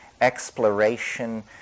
exploration